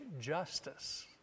justice